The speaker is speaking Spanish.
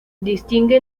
distingue